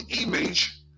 image